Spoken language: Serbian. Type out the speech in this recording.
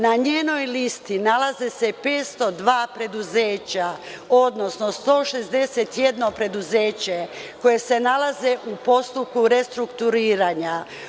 Na njenoj listi nalaze se 502 preduzeća, odnosno 161 preduzeće koje se nalazi u postupku restrukturiranja.